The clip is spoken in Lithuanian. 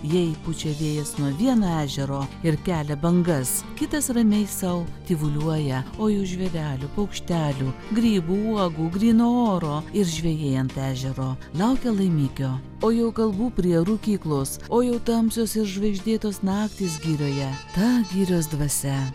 jei pučia vėjas nuo vieno ežero ir kelia bangas kitas ramiai sau tyvuliuoja o jau žvėrelių paukštelių grybų uogų gryno oro ir žvejai ant ežero laukia laimikio o jau kalbų prie rūkyklos o jau tamsios ir žvaigždėtos naktys girioje ta girios dvasia